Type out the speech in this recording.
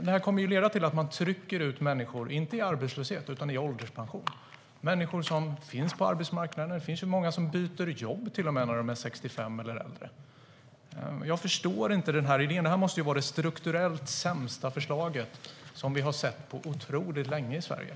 Det kommer att leda till att man trycker ut människor som finns på arbetsmarknaden - inte i arbetslöshet utan i ålderspension. Det finns många som byter jobb till och med när de är 65 eller äldre. Jag förstår inte denna idé. Det måste vara det strukturellt sämsta förslag som vi har sett på otroligt länge i Sverige.